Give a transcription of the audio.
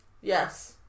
Yes